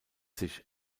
sich